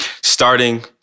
starting